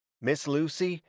miss lucy,